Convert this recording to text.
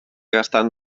gastant